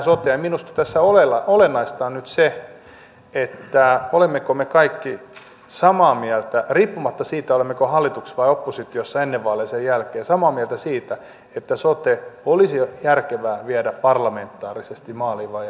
ja minusta tässä olennaista on nyt se olemmeko me kaikki samaa mieltä riippumatta siitä olimmeko hallituksessa vai oppositiossa ennen vaaleja ja sen jälkeen siitä että sote olisi järkevää viedä parlamentaarisesti maaliin vai emmekö